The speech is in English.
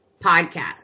podcast